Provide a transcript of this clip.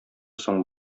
соң